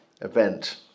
event